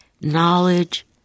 knowledge